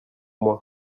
moi